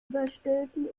überstülpen